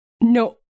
No